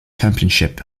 championship